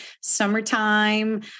Summertime